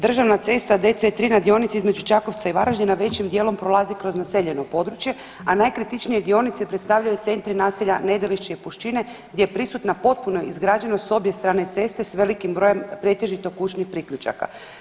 Državna cesta DC3 na dionici između Čakovca i Varaždina većim dijelom prolazi kroz naseljeno područje, a najkritičnije dionice predstavljaju centri naselja Nedelišće i Puščine gdje je prisutna potpuna izgrađenost s obje strane ceste s velikim brojem pretežito kućnih priključaka.